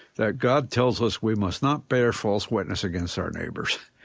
that god tells us we must not bear false witness against our neighbors,